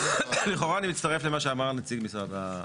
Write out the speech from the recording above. לכאורה אני מצטרף למה שאמר נציג משרד,